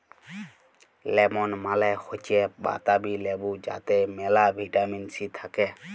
lemon মালে হৈচ্যে পাতাবি লেবু যাতে মেলা ভিটামিন সি থাক্যে